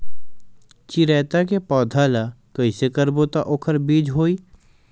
चिरैता के पौधा ल कइसे करबो त ओखर बीज होई?